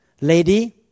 Lady